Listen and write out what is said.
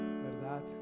¿Verdad